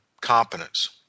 competence